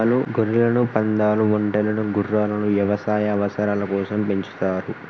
గొర్రెలను, పందాలు, ఒంటెలను గుర్రాలను యవసాయ అవసరాల కోసం పెంచుతారు